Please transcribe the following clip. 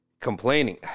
complaining